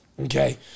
Okay